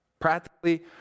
Practically